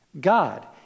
God